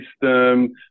system